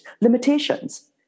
limitations